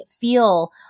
feel